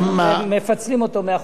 מפצלים אותו מהחוק,